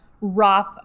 Roth